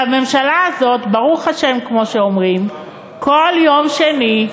והממשלה הזאת, ברוך השם, כמו שאומרים, כל יום שני,